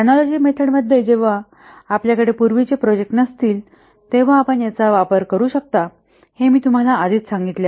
analogy method मध्ये जेव्हा आपल्याकडे पूर्वीचे प्रोजेक्ट नसतील तेव्हा आपण याचा वापर करू शकता हे मी तुम्हाला आधीच सांगितले